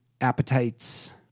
appetites